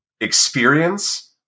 experience